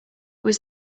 was